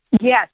Yes